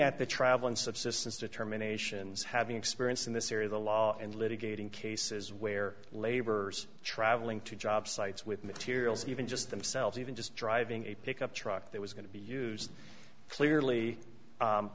at the travel and subsistence determinations having experience in this area the law and litigating cases where laborers traveling to job sites with materials even just themselves even just driving a pickup truck that was going to be used clearly